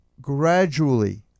gradually